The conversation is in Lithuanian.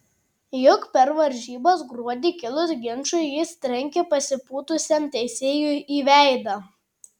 juk per varžybas gruodį kilus ginčui jis trenkė pasipūtusiam teisėjui į veidą